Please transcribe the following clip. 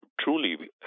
truly